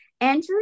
Andrew